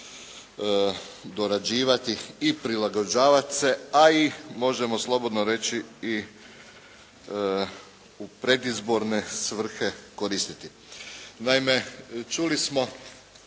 potrebno dorađivati i prilagođavat se, a i možemo slobodno reći u predizborne svrhe koristiti.